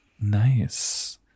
Nice